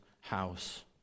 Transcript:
house